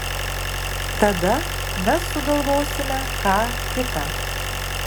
tada mes sugalvosime ką kita